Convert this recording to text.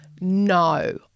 no